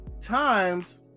times